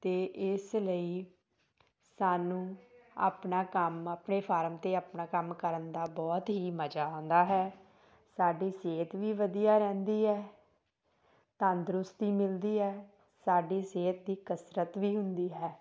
ਅਤੇ ਇਸ ਲਈ ਸਾਨੂੰ ਆਪਣਾ ਕੰਮ ਆਪਣੇ ਫਾਰਮ 'ਤੇ ਆਪਣਾ ਕੰਮ ਕਰਨ ਦਾ ਬਹੁਤ ਹੀ ਮਜ਼ਾ ਆਉਂਦਾ ਹੈ ਸਾਡੀ ਸਿਹਤ ਵੀ ਵਧੀਆ ਰਹਿੰਦੀ ਹੈ ਤੰਦਰੁਸਤੀ ਮਿਲਦੀ ਹੈ ਸਾਡੀ ਸਿਹਤ ਦੀ ਕਸਰਤ ਵੀ ਹੁੰਦੀ ਹੈ